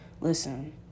listen